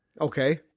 Okay